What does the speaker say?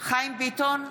חיים ביטון,